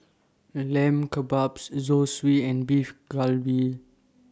Lamb Kebabs Zosui and Beef Galbi